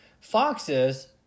Foxes